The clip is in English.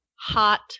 hot